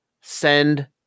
send